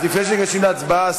אז לפני שניגשים להצבעה,